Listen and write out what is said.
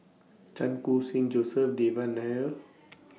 Chan Khun Sing Joseph Devan Nair